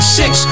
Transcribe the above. six